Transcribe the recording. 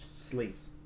sleeps